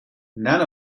none